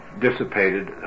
dissipated